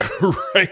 Right